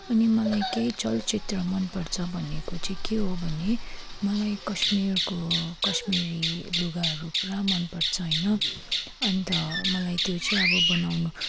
अनि मलाई केही चलचित्र मनपर्छ भनेको चाहिँ के हो भने मलाई कश्मिरको कश्मिरी लुगाहरू पुरा मनपर्छ होइन अन्त मलाई त्यो चाहिँ अब बनाउनु